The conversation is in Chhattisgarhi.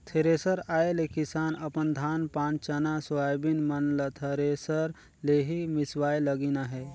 थेरेसर आए ले किसान अपन धान पान चना, सोयाबीन मन ल थरेसर ले ही मिसवाए लगिन अहे